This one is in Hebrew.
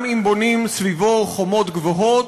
גם אם בונים סביבו חומות גבוהות,